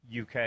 UK